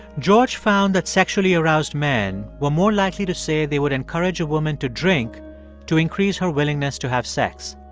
george found that sexually aroused men were more likely to say they would encourage a woman to drink to increase her willingness to have sex.